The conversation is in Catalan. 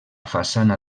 façana